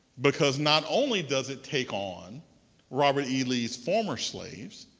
because not only does it take on robert e. lee's former slaves,